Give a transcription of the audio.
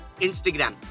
Instagram